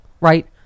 right